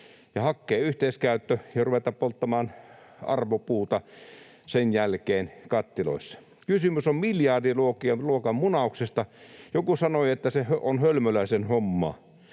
ja hakkeen yhteiskäyttö ja ruveta polttamaan arvopuuta sen jälkeen kattiloissa. Kysymys on miljardiluokan munauksesta. Joku sanoi, että se on hölmöläisen hommaa.